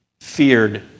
feared